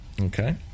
okay